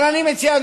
אבל אני מציע,